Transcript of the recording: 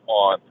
on